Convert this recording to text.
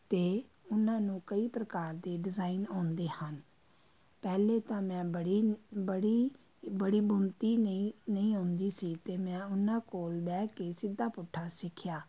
ਅਤੇ ਉਨ੍ਹਾਂ ਨੂੰ ਕਈ ਪ੍ਰਕਾਰ ਦੇ ਡਿਜ਼ਾਇਨ ਆਉਂਦੇ ਹਨ ਪਹਿਲਾਂ ਤਾਂ ਮੈਂ ਬੜੀ ਬੜੀ ਬੜੀ ਬੁਣਤੀ ਨਹੀਂ ਨਹੀਂ ਆਉਂਦੀ ਸੀ ਅਤੇ ਮੈਂ ਉਹਨਾਂ ਕੋਲ ਬਹਿ ਕੇ ਸਿੱਧਾ ਪੁੱਠਾ ਸਿੱਖਿਆ